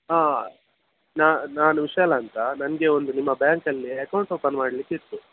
ಹಾಂ ನಾ ನಾನು ವಿಶಾಲ್ ಅಂತ ನನಗೆ ಒಂದು ನಿಮ್ಮ ಬ್ಯಾಂಕಲ್ಲಿ ಅಕೌಂಟ್ ಓಪನ್ ಮಾಡಲಿಕ್ಕಿತ್ತು